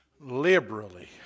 liberally